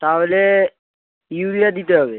তাহলে ইউরিয়া দিতে হবে